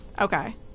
okay